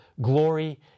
glory